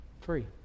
Free